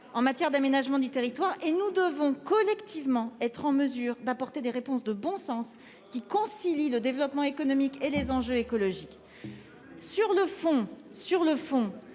en matière d'aménagement du territoire. Nous devons collectivement être en mesure d'apporter des réponses de bon sens, qui concilient le développement économique et les enjeux écologiques. Sur le fond, je puis